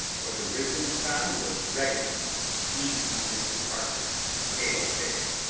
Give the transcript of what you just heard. for the risen sun was reddening even mrs. harker's pale face.